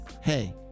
Hey